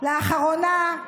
לאחרונה,